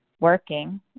working